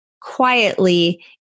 quietly